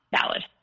valid